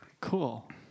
Cool